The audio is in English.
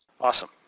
Awesome